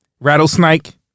Rattlesnake